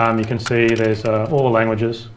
um you can see there's all the languages,